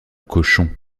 cochon